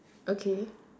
okay